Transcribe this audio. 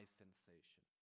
sensation